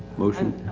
motion.